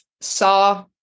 saw